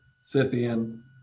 Scythian